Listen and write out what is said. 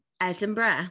Edinburgh